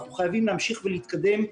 אנחנו חייבים להמשיך ולהתקדם,